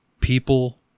People